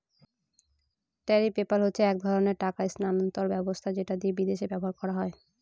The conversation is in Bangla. ট্যারিফ পেপ্যাল হচ্ছে এক ধরনের টাকা স্থানান্তর ব্যবস্থা যেটা বিদেশে ব্যবহার করা হয়